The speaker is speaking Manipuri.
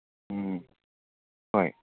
ꯎꯝ ꯍꯣꯏ